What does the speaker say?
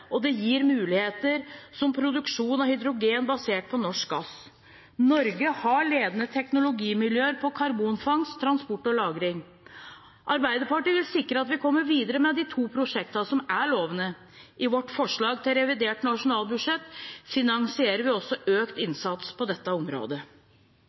og det gir muligheter som produksjon av hydrogen basert på norsk gass. Norge har ledende teknologimiljøer på karbonfangst, -transport og -lagring. Arbeiderpartiet vil sikre at vi kommer videre med de to prosjektene som er lovende. I vårt forslag til revidert nasjonalbudsjett finansierer vi også økt